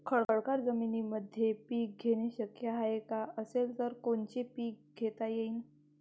खडकाळ जमीनीमंदी पिके घेणे शक्य हाये का? असेल तर कोनचे पीक घेता येईन?